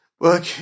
Look